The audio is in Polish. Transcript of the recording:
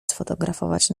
sfotografować